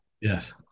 Yes